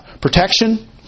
Protection